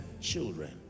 children